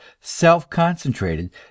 self-concentrated